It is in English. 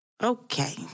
Okay